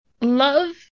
love